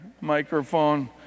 microphone